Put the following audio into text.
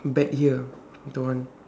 bet here the one